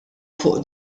fuq